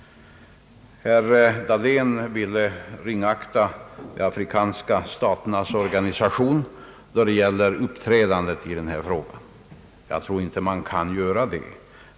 Herr Dahlén ville ringakta uppträdandet hos de afrikanska staternas organisation i denna fråga. Man bör nog inte göra det.